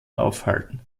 aufhalten